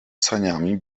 saniami